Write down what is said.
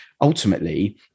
Ultimately